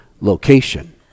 location